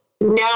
No